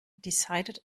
decided